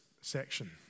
section